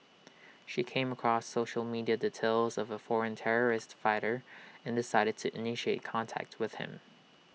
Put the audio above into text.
she came across social media details of A foreign terrorist fighter and decided to initiate contact with him